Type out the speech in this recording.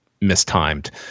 mistimed